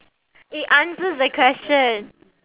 it answers the question